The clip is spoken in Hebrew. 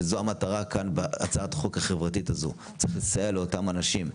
וזו המטרה כאן בהצעת החוק החברתית הזו לסייע לאותם אנשים.